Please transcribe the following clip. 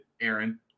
Aaron